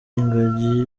ingagi